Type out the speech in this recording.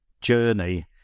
journey